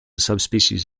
subspecies